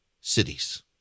cities